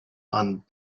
and